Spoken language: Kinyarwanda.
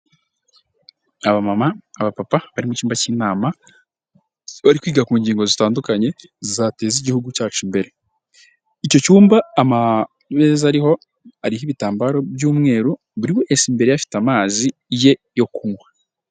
Abamama, abapapa bari mu cyumba cy'inama, bari kwiga ku ngingo zitandukanye zateza igihugu cyacu imbere. Icyo cyumba amameza ariho ariho ibitambaro by'umweru, buri wese imbere ye afite amazi ye yo kunywa.